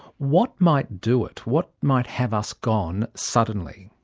what might do it? what might have us gone suddenly?